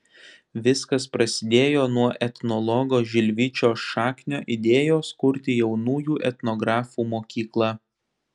viskas prasidėjo nuo etnologo žilvičio šaknio idėjos kurti jaunųjų etnografų mokyklą